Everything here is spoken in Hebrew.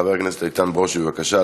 חבר הכנסת איתן ברושי, בבקשה.